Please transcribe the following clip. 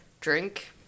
drink